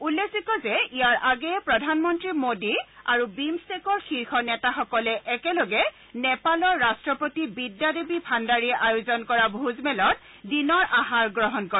উল্লেখযোগ্য যে ইয়াৰ আগেয়ে প্ৰধানমন্ত্ৰী মোডী আৰু বিমট্টেকৰ শীৰ্ষ নেতাসকলে একেলগে নেপালৰ ৰাট্টপতি বিদ্যা দেৱী ভাগুাৰীয়ে আয়োজন কৰা ভোজমেলত দিনৰ আহাৰ গ্ৰহণ কৰে